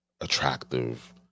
attractive